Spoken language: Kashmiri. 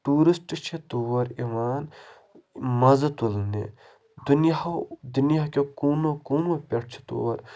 ٹوٗرِسٹ چھِ تور یِوان مَزٕ تُلنہِ دُنیاہو دُنیاہکیو کوٗنَو کوٗنَو پٮ۪ٹھ چھِ تور